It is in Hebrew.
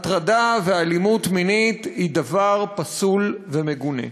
הטרדה ואלימות מינית הן דבר פסול ומגונה.